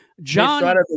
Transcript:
john